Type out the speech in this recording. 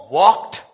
walked